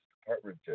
Department